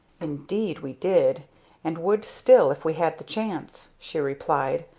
indeed we did and would still if we had the chance, she replied.